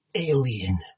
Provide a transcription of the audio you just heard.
alien